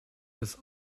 bis